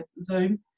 Zoom